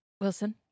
Wilson